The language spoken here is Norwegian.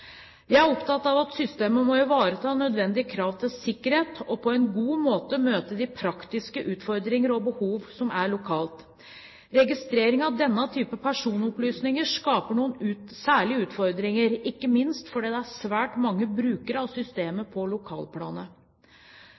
Jeg er opptatt av at systemet må ivareta nødvendige krav til sikkerhet og på en god måte møte de praktiske utfordringer og behov som er lokalt. Registrering av denne typen personopplysninger skaper noen særlige utfordringer, ikke minst fordi det er svært mange brukere av systemet på lokalplanet.